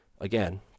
Again